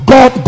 God